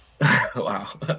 Wow